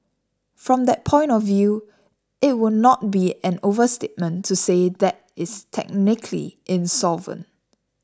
from that point of view it would not be an overstatement to say that is technically insolvent